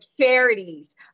charities